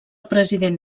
president